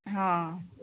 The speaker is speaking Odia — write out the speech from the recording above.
ହଁ